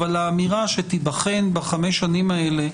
אבל האמירה שתיבחן בחמש שנים האלה,